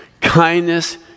kindness